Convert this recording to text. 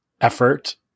effort